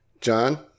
John